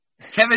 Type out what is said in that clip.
Kevin